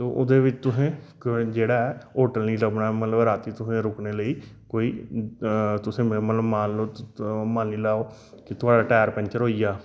ओह्दे बिच तुसें जेहड़ा एह् होटल नेईं लभना मतलब राती तुसें रोकने लेई तुसे मतलब मन्नी लेऔ थुआढ़ा टायर पैंचर होई गेआ